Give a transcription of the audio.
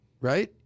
right